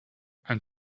and